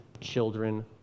children